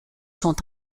sont